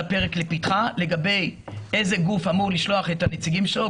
לפתחה לגבי איזה גוף אמור לשלוח את הנציגים שלו.